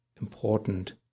important